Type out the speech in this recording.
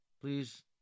please